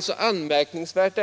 Det är anmärkningsvärt